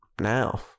now